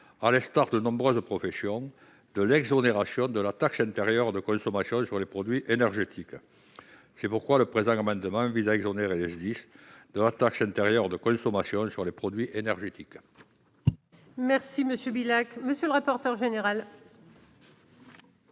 à l'instar de nombreuses professions, de l'exonération de la taxe intérieure de consommation sur les produits énergétiques (TICPE). C'est pourquoi le présent amendement vise à exonérer les SDIS de la taxe intérieure de consommation sur les produits énergétiques. Quel est l'avis de la commission